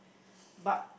but